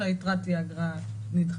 שהיתרה תהיה אגרה נדחית.